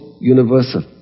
universal